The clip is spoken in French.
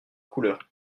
couleurs